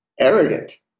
Arrogant